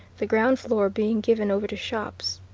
the ground floor being given over to shops.